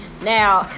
now